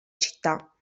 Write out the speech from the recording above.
città